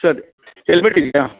ಸರಿ ಹೆಲ್ಮೆಟ್ ಇದೆಯಾ